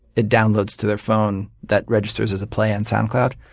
it downloads to their phone, that registers as a play on soundcloud.